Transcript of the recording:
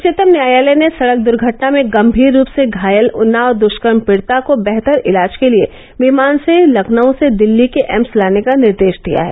उच्चतम न्यायालय ने सड़क दुर्घटना में गम्मीर रूप से घायल उन्नाव दुष्कर्म पीड़िता को बेहतर इलाज के लिये विमान से लखनऊ से दिल्ली के एम्स लाने का निर्देश दिया है